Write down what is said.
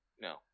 No